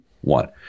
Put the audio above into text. one